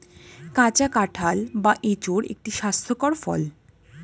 কাঁচা কাঁঠাল বা এঁচোড় একটি স্বাস্থ্যকর ফল